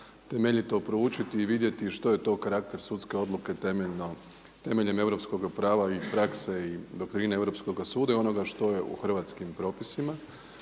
temeljito proučiti i vidjeti što je to karakter sudske odluke temeljem europskoga prava i prakse i doktrine Europskoga suda i onoga što je u hrvatskim propisima.